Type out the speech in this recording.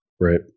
Right